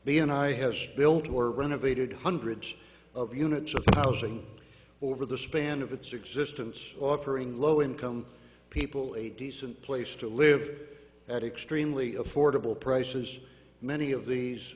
eye has built more renovated hundreds of units of housing over the span of its existence offering low income people a decent place to live at extremely affordable prices many of these